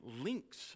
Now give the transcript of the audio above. links